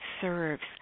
serves